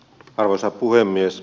arvoisa puhemies